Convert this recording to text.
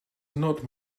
not